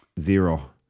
zero